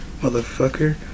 motherfucker